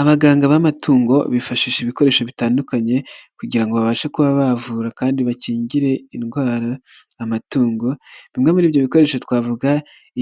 Abaganga b'amatungo bifashisha ibikoresho bitandukanye kugira ngo babashe kuba bavura kandi bakingire indwara amatungo, bimwe muri ibyo bikoresho twavuga: